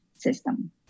system